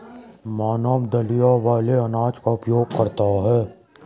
मानव दलिया वाले अनाज का उपभोग करता है